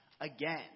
again